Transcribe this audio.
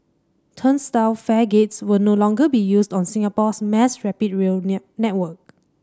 turnstile fare gates will no longer be used on Singapore's mass rapid rail network